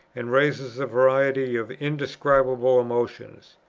and raises a variety of indescribable emotions.